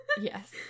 yes